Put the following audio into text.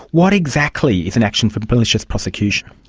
what exactly is an action for malicious prosecution?